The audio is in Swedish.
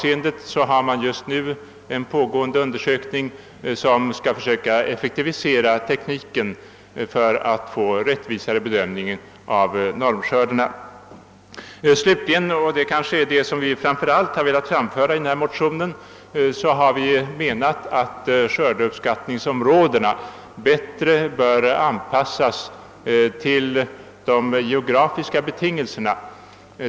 En undersökning i syfte att effektivisera tekniken för att få en rättvisare bedömning av normskördarna pågår för närvarande. Vad vi kanske framför allt velat framföra genom vår motion är uppfattningen, att skördeuppskattningsområdena bättre bör anpassas till de geografiska betingelserna.